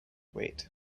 wait